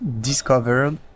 discovered